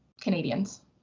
canadians